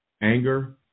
anger